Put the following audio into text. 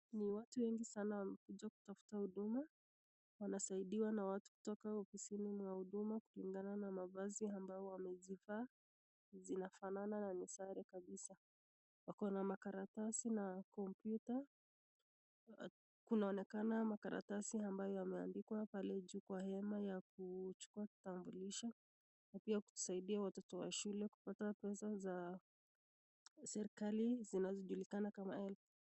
Ni watu wengi sana, wamekuja kutafuta huduma wanasaidiwa na watu kutoka ofisini ya Huduma kulingana na mavazi ambayo wamezivaa, zinafanana na ni sare kabisa. Wakona makaratasi na kompyuta, kunaonekana makaratasi ambayo yameandikwa pale juu kwa hema ya kuchukua kitambulisho na pia kusaidia watoto wa shule kupata pesa za serikali zinazojulikana kama HELB.